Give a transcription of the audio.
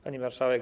Pani Marszałek!